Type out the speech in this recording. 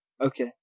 Okay